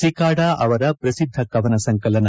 ಸಿಕಾಡ ಅವರ ಪ್ರಸಿದ್ಧ ಕವನ ಸಂಕಲನ